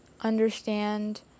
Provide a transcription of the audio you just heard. understand